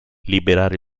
liberare